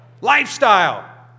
lifestyle